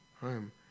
home